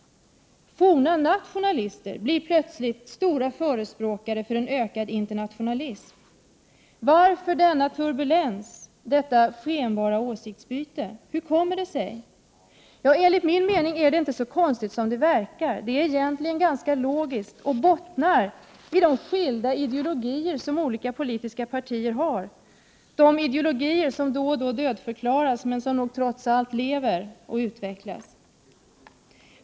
Forna nationalister blir plötsligt stora förespråkare för ökad internationalism. Varför denna turbulens, detta skenbara åsiktsbyte? Enligt min mening är det inte så konstigt som det verkar. Det är egentligen ganska logiskt, och det bottnar i de skilda ideologier som olika politiska partier har — de ideologier som då och då dödförklaras men som nog trots allt lever och utvecklas.